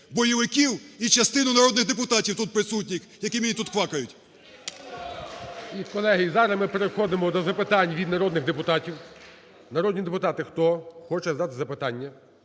бойовиків і частину народних депутатів тут присутніх, які мені тут квакають. ГОЛОВУЮЧИЙ. Колеги, зараз ми переходимо до запитань від народних депутатів. Народні депутати, хто хоче задати запитання,